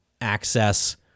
access